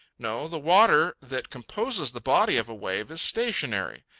no, the water that composes the body of a wave is stationary.